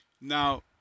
now